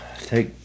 take